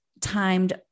timed